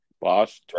Boss